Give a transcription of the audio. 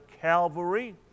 Calvary